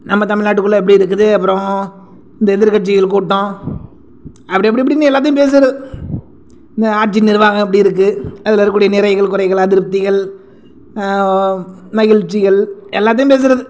நம்ம தமிழ்நாட்டுக்குள்ள எப்படி இருக்குது அப்புறம் இந்த எதிர்கட்சிகள் கூட்டம் அப்படி இப்படி இப்படின்னு எல்லாத்தையும் பேசுகிறது இந்த ஆட்சி நிர்வாகம் எப்படி இருக்குது அதில் வரக்கூடிய நிறைகள் குறைகள் அதிருப்திகள் மகிழ்ச்சிகள் எல்லாத்தையும் பேசுகிறது